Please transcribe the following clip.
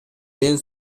ден